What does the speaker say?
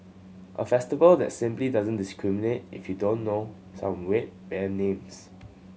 a festival that simply doesn't discriminate if you don't know said weird band names